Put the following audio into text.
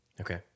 Okay